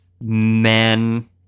men